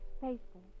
faithful